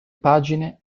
pagine